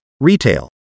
retail